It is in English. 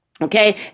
okay